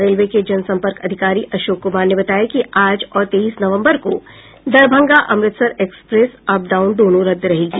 railway के जनसम्पर्क अधिकारी अशोक कुमार ने बताया कि आज और तेईस नवम्बर को Darbhanga Amritsar express up down दोनों रद्द रहेगी